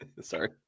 Sorry